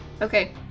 Okay